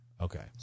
Okay